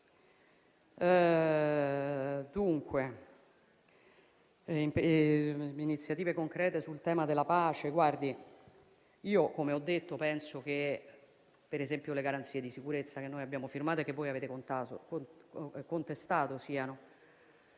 alle iniziative concrete sul tema della pace - come ho detto - penso, per esempio, che le garanzie di sicurezza che noi abbiamo firmato e che voi avete contestato siano